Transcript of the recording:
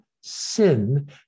sin